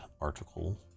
article